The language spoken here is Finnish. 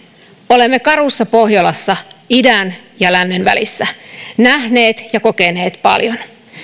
olemme karussa pohjolassa idän ja lännen välissä nähneet ja kokeneet paljon